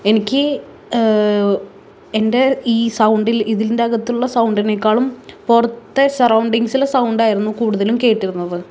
എനിക്ക് എൻ്റെ ഈ സൗണ്ടിൽ ഇതിൻ്റകത്തുള്ള സൗണ്ടിനെക്കാളും പുറത്തെ സറൗണ്ടിങ്സിലെ സൗണ്ടായിരുന്നു കൂടുതലും കേട്ടിരുന്നത്